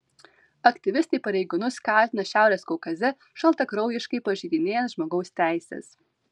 aktyvistai pareigūnus kaltina šiaurės kaukaze šaltakraujiškai pažeidinėjant žmogaus teises